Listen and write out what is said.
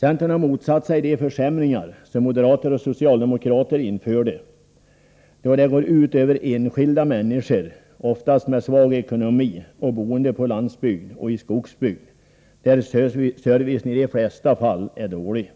Centern har motsatt sig de försämringar som moderater och socialdemokrater införde, eftersom de går ut över enskilda människor med svag ekonomi samt boende på landsbygd och i skogsbygd, där servicen i de flesta fall är dålig.